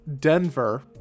Denver